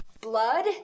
blood